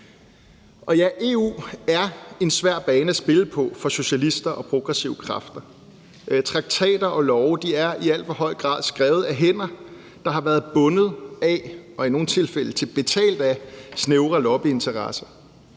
Ja, EU er en svær bane at spille på for socialister og progressive kræfter. Traktater og love er i alt for høj grad skrevet af hænder, der har været bundet af og i nogle tilfælde betalt af snævre lobbyinteresser.